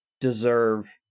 deserve